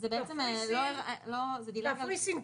קפריסין,